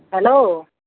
hello